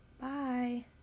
Bye